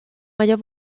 mayor